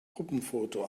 gruppenfoto